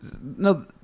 No